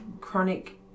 chronic